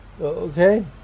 okay